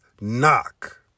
knock